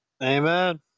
Amen